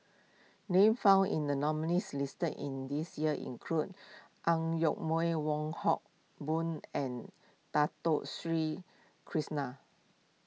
names found in the nominees' list in this year include Ang Yoke Mooi Wong Hock Boon and Dato Sri Krishna